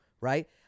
right